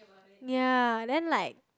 ya then like